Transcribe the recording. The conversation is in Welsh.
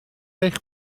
eich